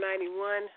91